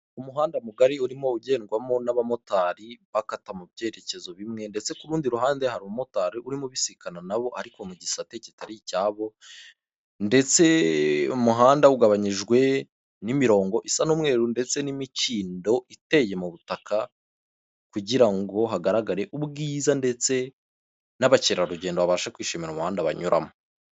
Umuhanda mugari urimo ugendwamo n'abamotari, bakata mu byerekezo bimwe ndetse ku rundi ruhande hari umumotari urimo ubisikana nabo ariko mu gisate kitari icyabo ndetse umuhanda ugabanyijwe n'imirongo isa n'umweru ndetse n'imikindo iteye mu butaka kugira ngo hagaragare ubwiza ndetse n'abakerarugendo babashe kwishimira umuhanda banyuramo.